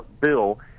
bill